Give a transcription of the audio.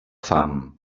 fam